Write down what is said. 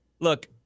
look